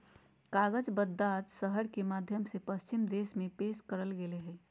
कागज बगदाद शहर के माध्यम से पश्चिम देश में पेश करल गेलय हइ